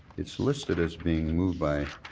it's listed as being moved by